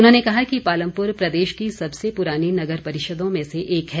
उन्होंने कहा कि पालमपुर प्रदेश की सबसे पुरानी नगर परिषदों में से एक है